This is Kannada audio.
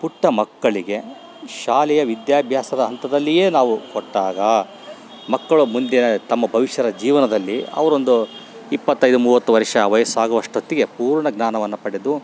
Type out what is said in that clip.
ಪುಟ್ಟ ಮಕ್ಕಳಿಗೆ ಶಾಲೆಯ ವಿದ್ಯಾಭ್ಯಾಸದ ಹಂತದಲ್ಲಿಯೇ ನಾವು ಕೊಟ್ಟಾಗ ಮಕ್ಕಳು ಮುಂದೆ ತಮ್ಮ ಭವಿಷ್ಯದ ಜೀವನದಲ್ಲಿ ಅವರೊಂದು ಇಪ್ಪತ್ತೈದು ಮೂವತ್ತು ವರ್ಷ ವಯಸ್ಸಾಗುವಷ್ಟೊತ್ತಿಗೆ ಪೂರ್ಣಜ್ಞಾನವನ್ನ ಪಡೆದು